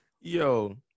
Yo